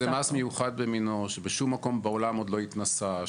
זה מס מיוחד במינו שבשום מקום בעולם עוד לא התנסה,